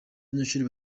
banyeshuri